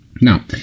Now